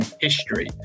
history